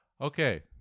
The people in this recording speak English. okay